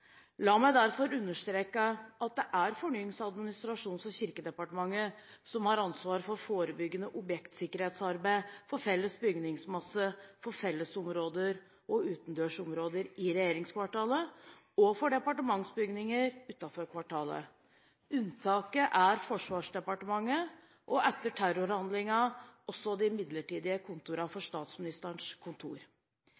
La meg derfor understreke at det er Fornyings-, administrasjons- og kirkedepartementet som har ansvar for forebyggende objektsikkerhetsarbeid for felles bygningsmasse, fellesområder og utendørsområder i regjeringskvartalet og for departementsbygninger utenfor kvartalet. Unntaket er Forsvarsdepartementet og, etter terrorhandlingen, også de midlertidige kontorene for